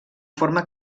forma